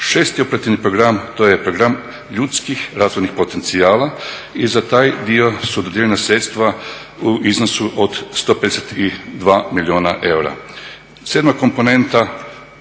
Šesti operativni program, to je program ljudskih razvojnih potencijala i za taj dio su dodijeljena sredstva u iznosu od 152 milijuna eura. Sedma komponenta